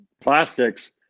plastics